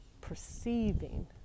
perceiving